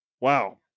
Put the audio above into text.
Wow